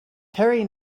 terry